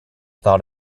thought